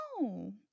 No